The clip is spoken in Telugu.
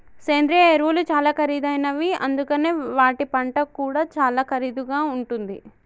సేంద్రియ ఎరువులు చాలా ఖరీదైనవి అందుకనే వాటి పంట కూడా చాలా ఖరీదుగా ఉంటుంది